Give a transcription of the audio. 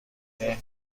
تمرین